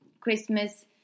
Christmas